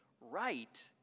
right